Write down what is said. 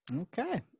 Okay